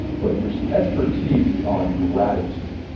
but your expertise is on gratitude.